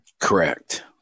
Correct